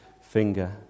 finger